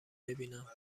ببینم